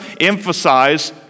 emphasize